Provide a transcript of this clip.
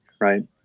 right